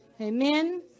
Amen